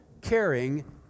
caring